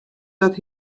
dat